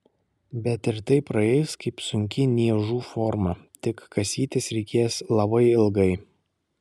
bet ir tai praeis kaip sunki niežų forma tik kasytis reikės labai ilgai